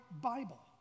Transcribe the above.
Bible